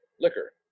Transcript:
liquor